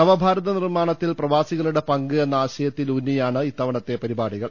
നവഭാരത നിർമ്മാണത്തിൽ പ്രവാസി കളുടെ പങ്ക് എന്ന ആശയത്തിൽ ഊന്നിയാണ് ഇത്തവണത്തെ പരിപാടികൾ